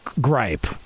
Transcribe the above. gripe